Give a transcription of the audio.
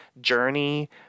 Journey